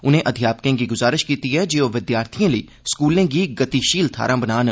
उनें अध्यापकें गी गुजारिश कीती ऐ जे ओह विद्यार्थिएं लेई स्कूलें गी गतिशील थाहरां बनान